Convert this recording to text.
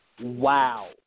wow